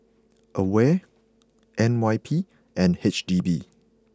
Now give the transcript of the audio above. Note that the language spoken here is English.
Aware N Y P and H D B